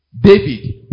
David